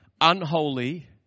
unholy